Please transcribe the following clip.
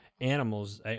animals